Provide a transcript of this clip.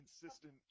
consistent